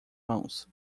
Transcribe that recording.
mãos